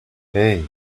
hey